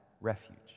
refuge